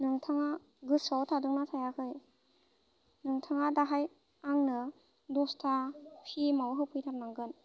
नोंथाङा गोसोयाव थादोंना थायाखै नोंथाङा दाहाय आंनो दस्था पिएमआव होफैथारनांगोन